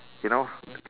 you know